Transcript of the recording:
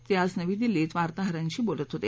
ते आज नवी दिल्ली इथं वार्ताहरांशी बोलत होते